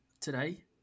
today